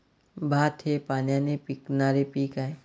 भात हे पाण्याने पिकणारे पीक आहे